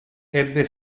ebbe